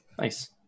Nice